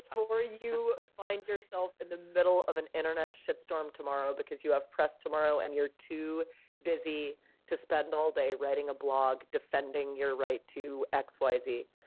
you find yourself in the middle of an internet shit storm tomorrow because you have press tomorrow, and you're too busy to spend all day writing a blog, defending your right to x, y, z.